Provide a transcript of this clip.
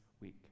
week